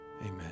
Amen